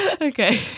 Okay